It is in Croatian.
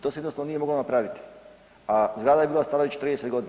To se jednostavno nije moglo napraviti, a zgrada je bila stara 40 godina.